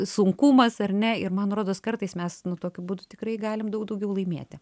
sunkumas ar ne ir man rodos kartais mes nu tokiu būdu tikrai galim daug daugiau laimėti